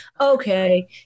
okay